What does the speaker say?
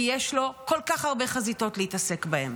כי יש לו כל כך הרבה חזיתות להתעסק בהן,